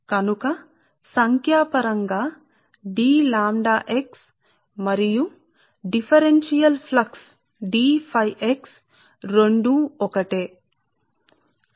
కాబట్టి సంఖ్యా పరంగా లాంబ్డా ఎక్స్ Dƛx మరియు differential flux D phi x రెండూ ఒకటేసరే